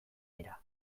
dira